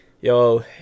yo